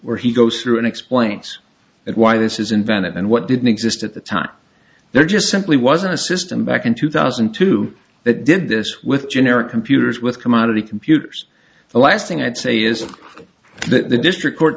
where he goes through and explains why this is invented and what didn't exist at the time there just simply wasn't a system back in two thousand and two that did this with generic computers with commodity computers the last thing i'd say is that the district court